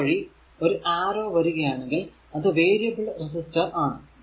ഇത് വഴി ഒരു ആരോ വരികയാണേൽ അത് വേരിയബിൾ റെസിസ്റ്റർ ആണ്